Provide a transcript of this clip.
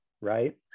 right